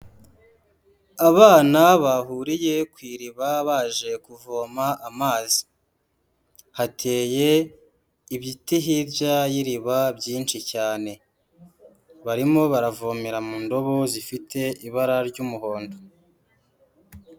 Abana bahuriye ku iriba baje kuvoma amazi, hateye ibiti hirya y'iriba byinshi cyane, barimo baravomera mu ndobo zifite ibara ry'umuhondo.